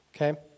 Okay